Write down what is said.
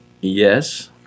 Yes